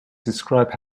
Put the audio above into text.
describe